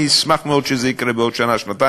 אני אשמח מאוד שזה יקרה בעוד שנה-שנתיים.